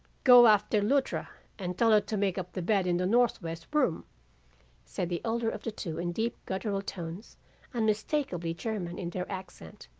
go after luttra and tell her to make up the bed in the northwest room said the elder of the two in deep gutteral tones unmistakably german in their accent,